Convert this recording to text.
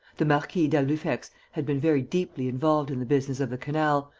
the marquis d'albufex had been very deeply involved in the business of the canal,